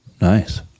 Nice